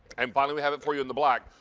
um finally we have it for you in the black.